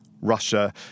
Russia